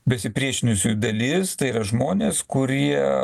besipriešinusių idealistai ir žmonės kurie